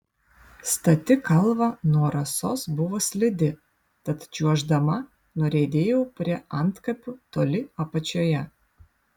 stati kalva nuo rasos buvo slidi tad čiuoždama nuriedėjau prie antkapių toli apačioje